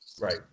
Right